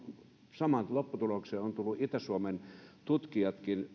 samaan lopputulokseen ovat tulleet itä suomen tutkijatkin